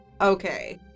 Okay